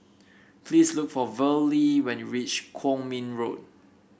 please look for Verlie when you reach Kwong Min Road